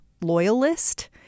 loyalist